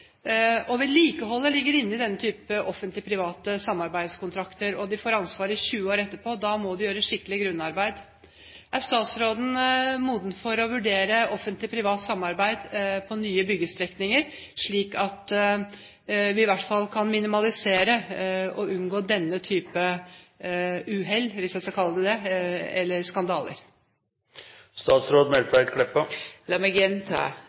Vedlikeholdet ligger inne i denne type offentlig-private samarbeidskontrakter, og en får ansvaret i 20 år etterpå. Da må det gjøres skikkelig grunnarbeid. Er statsråden moden for å vurdere offentlig-privat samarbeid på nye byggestrekninger, slik at vi i hvert fall kan minimalisere skadene og unngå denne type uhell – hvis jeg skal kalle det det – eller skandaler? Lat meg gjenta,